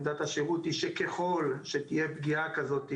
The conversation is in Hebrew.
עמדת השרות היא שככל שתהיה פגיעה כזאת בעתיד,